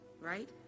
right